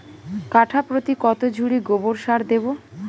কাঠাপ্রতি কত ঝুড়ি গোবর সার দেবো?